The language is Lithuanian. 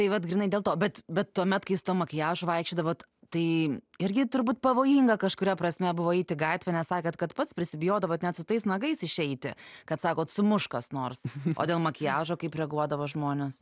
tai vat grynai dėl to bet bet tuomet kai su tuo makiažu vaikščiodavot tai irgi turbūt pavojinga kažkuria prasme buvo eit į gatvę nes sakėtet kad pats prisibijodavot net su tais nagais išeiti kad sakot sumuš kas nors o dėl makiažo kaip reaguodavo žmonės